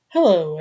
Hello